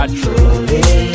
truly